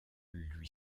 lui